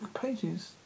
pages